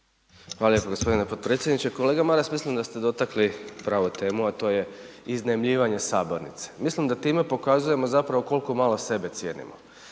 Hvala lijepa gospodine potpredsjedniče. Kolega Maras mislim da ste dotakli pravu temu, a to je iznajmljivanje sabornice. Mislim da time pokazujemo zapravo koliko malo sebe cijenimo.